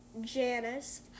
Janice